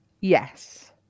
yes